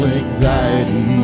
anxiety